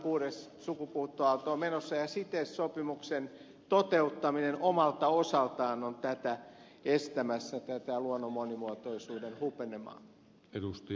kuudes sukupuuttoaalto on menossa ja cites sopimuksen toteuttaminen omalta osaltaan on tätä luonnon monimuotoisuuden hupenemaa estämässä